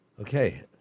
Okay